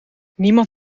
niemand